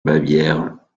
bavière